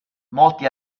molti